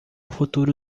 futuro